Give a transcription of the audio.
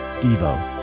Devo